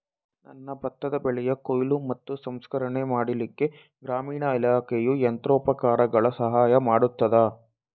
ನನ್ನ ಭತ್ತದ ಬೆಳೆಯ ಕೊಯ್ಲು ಮತ್ತು ಸಂಸ್ಕರಣೆ ಮಾಡಲಿಕ್ಕೆ ಗ್ರಾಮೀಣ ಇಲಾಖೆಯು ಯಂತ್ರೋಪಕರಣಗಳ ಸಹಾಯ ಮಾಡುತ್ತದಾ?